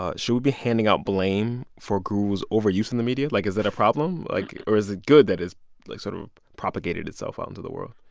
ah should we be handing out blame for guru's overuse in the media? like, is it a problem? like or is it good that it's like sort of propagated itself out into the world?